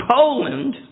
Poland